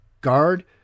guard